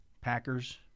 Packers